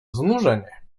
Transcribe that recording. znużenie